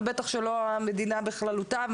ובטח שלא המדינה בכללותה,